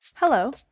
Hello